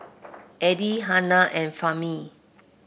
Adi Hana and Fahmi